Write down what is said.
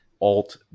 alt